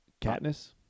Katniss